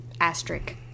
asterisk